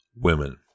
women